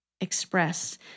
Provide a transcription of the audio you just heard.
express